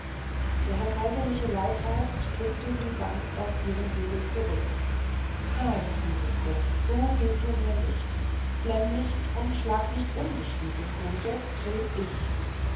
der herr kaiserliche leibarzt drückte sie sanft auf ihren hügel zurück nein lisinko so gehst du nicht von mir flenn nicht schlag nicht um dich lisinko jetzt red ich